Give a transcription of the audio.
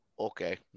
Okay